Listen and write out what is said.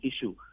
issue